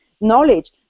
knowledge